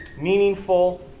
meaningful